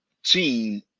team